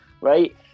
Right